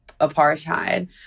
apartheid